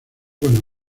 cuando